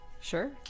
Sure